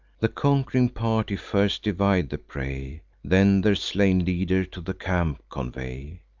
the conqu'ring party first divide the prey, then their slain leader to the camp convey.